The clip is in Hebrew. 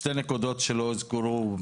שתי נקודות שלא הוזכרו,